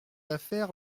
affaire